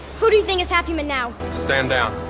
who do you think is half human now? stand down.